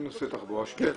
כן.